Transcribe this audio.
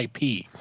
IP